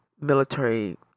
military